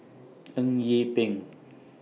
Eng Yee Peng